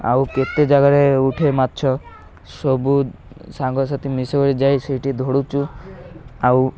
ଆଉ କେତେ ଜାଗାରେ ଉଠେ ମାଛ ସବୁ ସାଙ୍ଗସାଥି ମିଶ ଭଳି ଯାଇ ସେଇଠି ଧରୁଛୁ ଆଉ